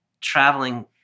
traveling